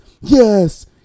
yes